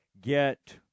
get